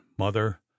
mother